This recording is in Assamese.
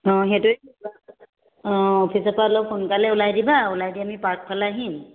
অঁ সেইটোৱে অঁ অফিচৰ পৰা অলপ সোনকালে উলাই দিবা উলাই দি আমি পাৰ্ক ফালে আহিম